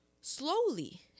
slowly